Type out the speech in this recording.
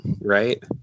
right